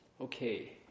Okay